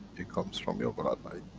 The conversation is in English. he comes from your bloodline.